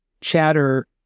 Chatter